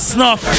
Snuff